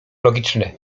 logiczne